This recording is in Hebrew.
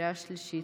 קריאה שלישית.